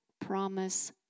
promise